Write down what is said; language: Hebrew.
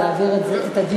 ההצעה להעביר את הנושא